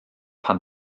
pan